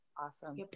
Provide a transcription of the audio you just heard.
Awesome